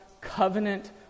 covenant